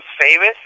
famous